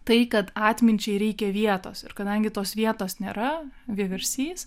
tai kad atminčiai reikia vietos ir kadangi tos vietos nėra vieversys